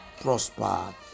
prosper